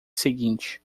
seguinte